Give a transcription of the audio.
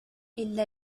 إلا